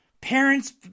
Parents